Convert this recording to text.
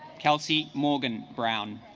kelsey morgan brown